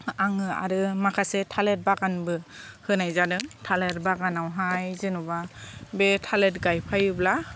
आङो आरो माखासे थालिर बागानबो होनाय जादों थालिर बागानावहाय जेन'बा बे थालिर गायफायोब्ला